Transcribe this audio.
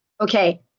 Okay